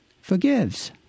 Forgives